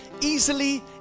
easily